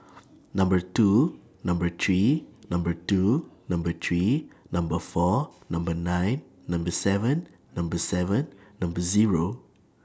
Number two Number three Number two Number three Number four Number nine Number seven Number seven Number Zero